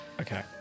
Okay